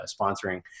sponsoring